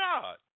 God